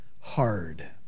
hard